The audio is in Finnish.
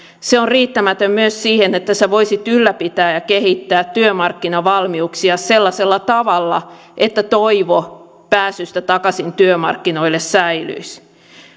se on riittämätön myös siihen että sinä voisit ylläpitää ja kehittää työmarkkinavalmiuksia sellaisella tavalla että toivo pääsystä takaisin työmarkkinoille säilyisi